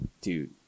dude